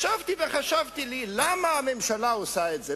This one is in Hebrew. ישבתי וחשבתי, למה הממשלה עושה את זה?